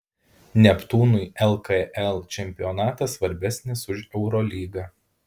neptūnui lkl čempionatas svarbesnis už eurolygą